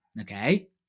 okay